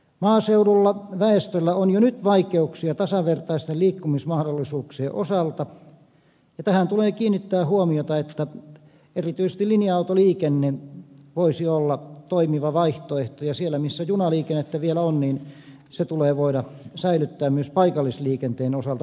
maaseudulla väestöllä on jo nyt vai keuksia tasavertaisten liikkumismahdollisuuk sien osalta ja tähän tulee kiinnittää huomiota että erityisesti linja autoliikenne voisi olla toimiva vaihtoehto ja siellä missä junaliikennettä vielä on niin se tulee voida säilyttää myös paikallisliikenteen osalta maaseudullakin